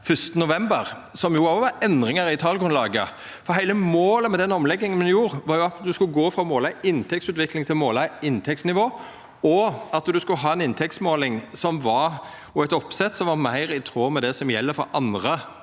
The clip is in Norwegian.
1. november, som jo òg var endringar i talgrunnlaget. Heile målet med den omlegginga ein gjorde, var jo at ein skulle gå frå å måla inntektsutvikling til å måla inntektsnivå, og at ein skulle ha ei inntektsmåling og eit oppsett som var meir i tråd med det som gjeld for andre